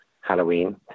Halloween